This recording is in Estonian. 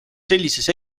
sellises